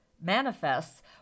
manifests